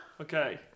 Okay